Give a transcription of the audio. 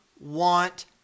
want